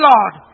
Lord